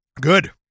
Good